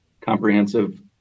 comprehensive